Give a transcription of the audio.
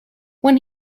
when